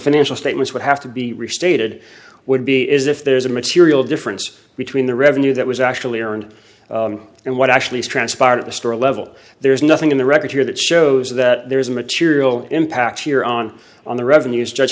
financial statements would have to be restated would be is if there's a material difference between the revenue that was actually earned and what actually transpired at the store level there is nothing in the record here that shows that there is a material impact year on on the revenues judge